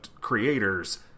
creators